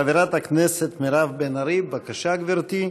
חברת הכנסת מירב בן ארי, בבקשה, גברתי.